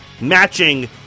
matching